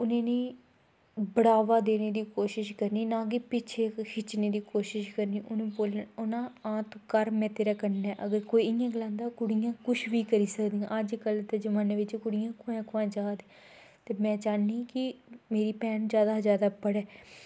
उ'नें गी बढ़ावा देने दी कोशश करनी ना कि पिच्छें खिच्चने दी कोशश करनी उ'नें गी बोलना हां तूं कर में तेरै कन्नै ऐं कोई इ'यां गलांदा कुड़ियां कुछ बी करी सकदियां अजकल्ल दे जमान्ने बिच्च कु़ड़ियां कुदै कुदै जा दियां ते में चाह्न्नीं कि मेरी भैन जादे शा जादे पढ़ै